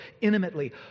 intimately